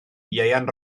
ieuan